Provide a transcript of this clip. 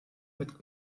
mit